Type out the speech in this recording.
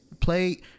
play